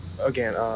Again